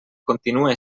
continua